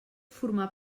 formar